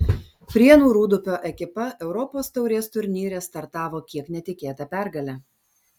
prienų rūdupio ekipa europos taurės turnyre startavo kiek netikėta pergale